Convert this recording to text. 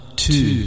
two